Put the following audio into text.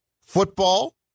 football